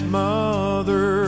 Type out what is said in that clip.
mother